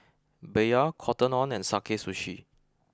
Bia Cotton On and Sakae Sushi